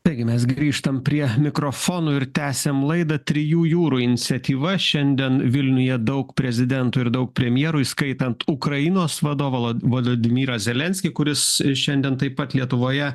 taigi mes grįžtam prie mikrofonų ir tęsiam laidą trijų jūrų iniciatyva šiandien vilniuje daug prezidentų ir daug premjerų įskaitant ukrainos vadovą vododmyrą zelenskį kuris šiandien taip pat lietuvoje